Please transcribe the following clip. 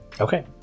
okay